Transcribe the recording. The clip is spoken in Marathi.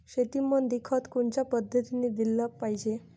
शेतीमंदी खत कोनच्या पद्धतीने देलं पाहिजे?